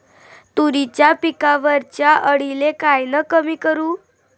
तुरीच्या पिकावरच्या अळीले कायनं कमी करू?